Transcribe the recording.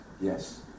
Yes